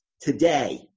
today